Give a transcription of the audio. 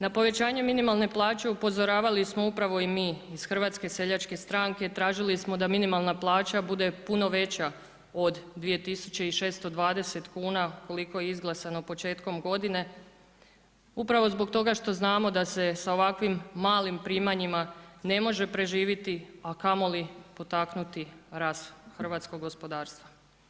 Na povećanje minimalne plaće upozoravali smo upravo i mi iz HSS-a, tražili smo da minimalna plaća bude puno veća od 2620 kuna koliko je izglasano početkom godine, upravo zbog toga što znamo da se sa ovakvim malim primanjima ne možete preživjeti a kamoli potaknuti rast hrvatskog gospodarstva.